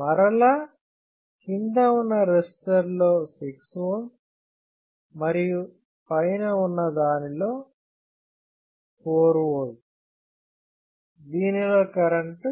మరల కింద ఉన్న రెసిస్టర్ లో 6 V మరియు పైన ఉన్న దానిలో 4V దీనిలో కరెంటు